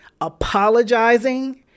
apologizing